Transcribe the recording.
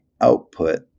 output